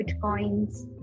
Bitcoins